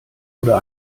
oder